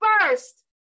first